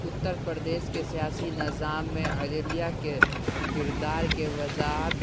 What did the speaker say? اترپردیش کے سیاسی نظام میں عدلیہ کے کردار کے وضاحت